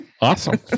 awesome